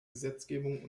gesetzgebung